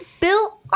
Bill